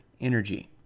energy